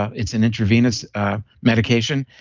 ah it's an intravenous medication,